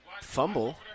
fumble